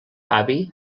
avi